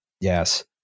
Yes